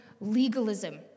legalism